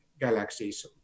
galaxies